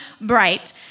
Bright